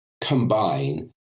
combine